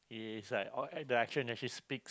it is like the action actually speak